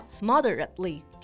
Moderately